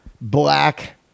black